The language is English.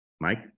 Mike